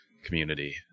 community